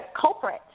culprit